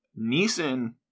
Neeson